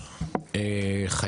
בעינינו,